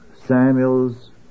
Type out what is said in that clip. Samuel's